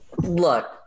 Look